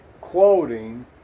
quoting